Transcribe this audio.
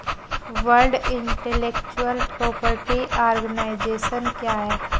World intellectual property organization क्या है?